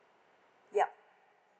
yup